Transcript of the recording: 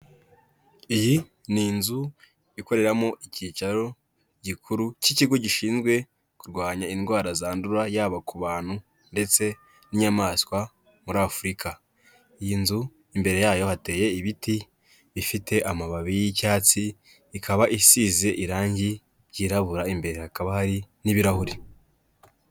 Iyi ni inzu, ikoreramo icyicaro gikuru cy'ikigo gishinzwe kurwanya indwara zandura, yaba ku bantu ndetse n'inyamaswa, muri Afurika. Iyi nzu imbere yayo hateye ibiti bifite amababi y'icyatsi, ikaba isize irangi ryirabura, imbere hakaba hari n'ibirahuri.